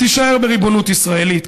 תישאר בריבונות ישראלית.